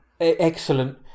excellent